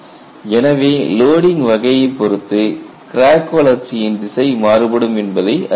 எனவே லோடிங் வகையைப் பொறுத்து கிராக் வளர்ச்சியின் திசை மாறுபடும் என்பதை அறியலாம்